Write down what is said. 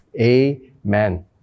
Amen